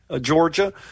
Georgia